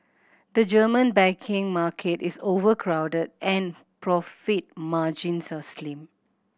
the German banking market is overcrowded and profit margins are slim